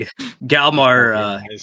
Galmar